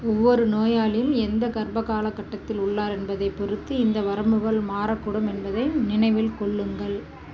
ஒவ்வொரு நோயாளியும் எந்த கர்ப்பகாலக் கட்டத்தில் உள்ளார் என்பதைப் பொறுத்து இந்த வரம்புகள் மாறக்கூடும் என்பதை நினைவில் கொள்ளுங்கள்